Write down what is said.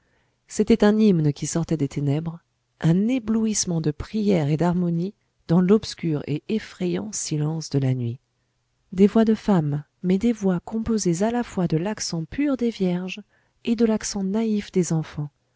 c'était un hymne qui sortait des ténèbres un éblouissement de prière et d'harmonie dans l'obscur et effrayant silence de la nuit des voix de femmes mais des voix composées à la fois de l'accent pur des vierges et de l'accent naïf des enfants